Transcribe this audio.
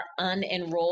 unenrolled